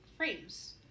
frames